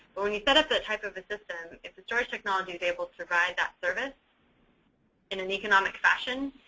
but when we set up that type of a system, if storage technology is able to provide that service in an economic fashion,